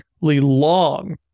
long